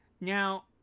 now